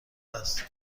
است